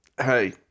hey